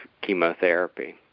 chemotherapy